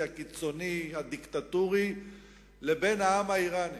הקיצוני והדיקטטורי לבין העם האירני.